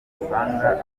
usanga